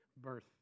birth